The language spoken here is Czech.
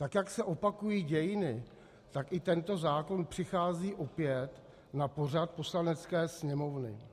Tak jak se opakují dějiny, tak i tento zákon přichází opět na pořad Poslanecké sněmovny.